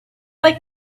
like